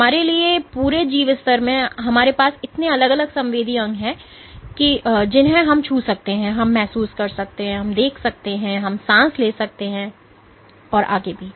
हमारे लिए पूरे जीव स्तर पर हमारे पास इतने अलग अलग संवेदी अंग हैं जिन्हें हम छू सकते हैं हम महसूस कर सकते हैं हम देख सकते हैं हम सांस ले सकते हैं और आगे भी